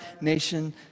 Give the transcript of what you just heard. nation